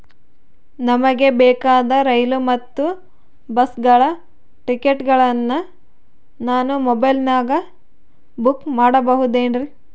ನಮಗೆ ಬೇಕಾದ ರೈಲು ಮತ್ತ ಬಸ್ಸುಗಳ ಟಿಕೆಟುಗಳನ್ನ ನಾನು ಮೊಬೈಲಿನಾಗ ಬುಕ್ ಮಾಡಬಹುದೇನ್ರಿ?